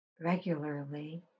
regularly